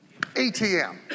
ATM